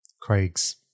Craig's